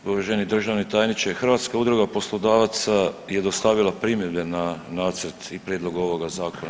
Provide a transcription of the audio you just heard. Uvaženi državni tajniče, Hrvatska udruga poslodavaca je dostavila primjedbe na nacrt i prijedlog ovoga Zakona.